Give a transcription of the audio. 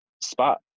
spot